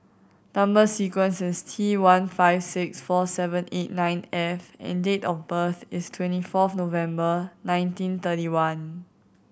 number sequence is T one five six four seven eight nine F and date of birth is twenty fourth November nineteen thirty one